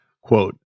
Quote